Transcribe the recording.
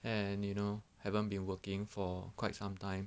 and you know haven't been working for quite some time